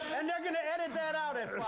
and they're going to edit that out at